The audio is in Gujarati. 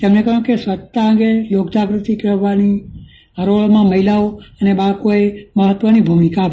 તેમણે કહ્યું કે સ્વચ્છતા અંગે લોકજાગૃતિ કેળવવાની ચળવળમાં મહિલાઓ અને બાળકોએ મહત્વની ભૂમિકા ભજવી છે